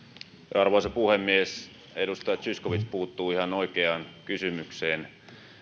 arvoisa puhemies edustaja zyskowicz puuttuu ihan oikeaan kysymykseen